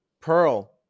Pearl